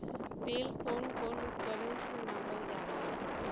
तेल कउन कउन उपकरण से नापल जाला?